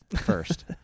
first